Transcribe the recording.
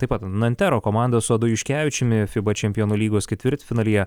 taip pat nantero komanda su adu juškevičiumi fiba čempionų lygos ketvirtfinalyje